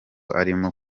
arimo